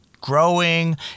growing